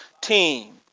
team